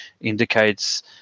indicates